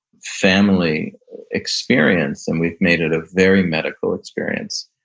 family experience and we've made it a very medical experience,